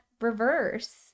reverse